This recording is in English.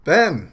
Ben